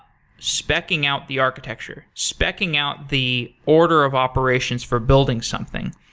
specking out the architecture, specking out the order of operations for building something,